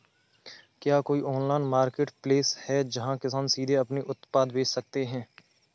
क्या कोई online marketplace है जहाँ किसान सीधे अपने उत्पाद बेच सकते हैं?